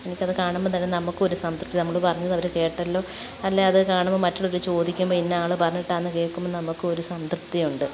എനിക്കതു കാണുമ്പോൾത്തന്നെ നമുക്കൊരു സംതൃപ്തി നമ്മൾ പറഞ്ഞത് അവർ കേട്ടല്ലോ അല്ലെ അതു കാണുമ്പോൾ മറ്റുള്ളവർ ചോദിക്കുമ്പോൾ ഇന്ന ആൾ പറഞ്ഞിട്ടാണെന്നു കേൾക്കുമ്പോൾ നമുക്കൊരു സംതൃപ്തിയുണ്ട്